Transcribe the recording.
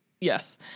Yes